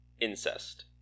incest